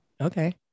Okay